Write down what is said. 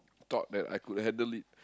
thought that I could handle it